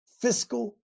fiscal